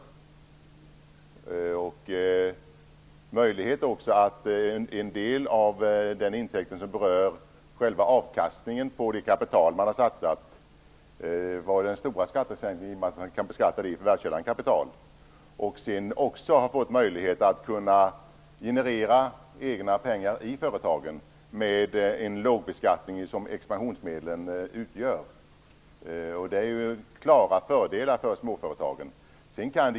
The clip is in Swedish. Den stora skattesänkningen var att en del av den intäkt som berör själva avkastningen på det kapital man har satsat kan beskattas i förvärvskällan kapital. Man har också fått möjlighet att kunna generera egna pengar i företagen med lågbeskattning på expansionsmedlen. Det är klara fördelar för småföretagen.